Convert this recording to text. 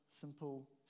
simple